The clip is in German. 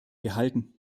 gehalten